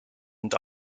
and